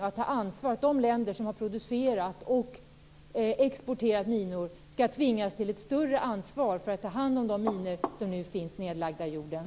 Vad kommer regeringen att göra för att de länder som har producerat och exporterat minor skall tvingas att ta ett större ansvar för att ta hand om de minor som nu finns nedlagda i jorden?